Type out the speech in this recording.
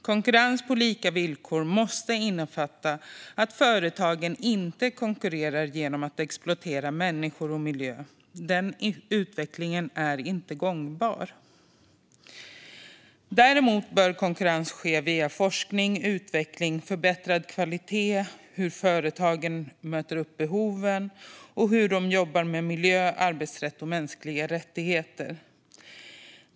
Konkurrens på lika villkor måste innefatta att företagen inte konkurrerar genom att exploatera människor och miljö. Den utvecklingen är inte gångbar. Däremot bör konkurrens ske inom forskning, utveckling och förbättrad kvalitet, liksom i hur företagen möter upp behoven och hur de jobbar med miljö, arbetsrätt och mänskliga rättigheter.